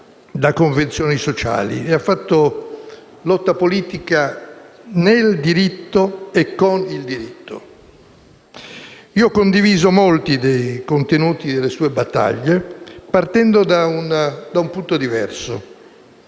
da convenzioni sociali. Ha fatto lotta politica nel diritto e con il diritto. Ho condiviso molti dei contenuti delle sue battaglie, partendo da un punto diverso: